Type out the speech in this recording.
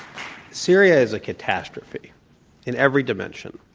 syria is a catastrophe in every dimension.